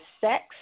sex